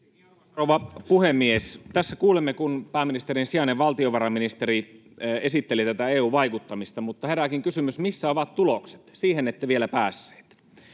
rouva puhemies! Tässä kuulimme, kun pääministerin sijainen, valtiovarainministeri esitteli tätä EU-vaikuttamista. Mutta herääkin kysymys, missä ovat tulokset. Siihen ette vielä päässyt,